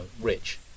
rich